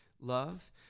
love